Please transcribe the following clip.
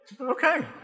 Okay